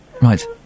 Right